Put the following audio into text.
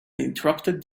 interrupted